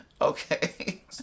okay